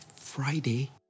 Friday